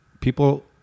People